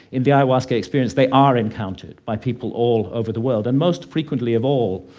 in the ayahuasca experience they are encountered by people all over the world. and most frequently of all,